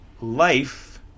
life